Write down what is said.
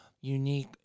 unique